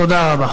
תודה רבה.